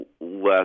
less